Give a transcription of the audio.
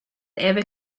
ever